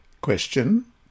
Question